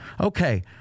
okay